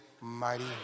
mighty